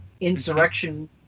Insurrection